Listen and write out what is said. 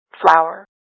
flower